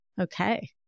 Okay